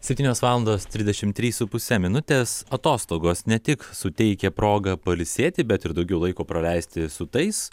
septynios valandos trisdešim trys su puse minutės atostogos ne tik suteikia progą pailsėti bet ir daugiau laiko praleisti su tais